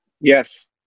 Yes